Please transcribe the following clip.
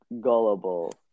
gullible